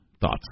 Thoughts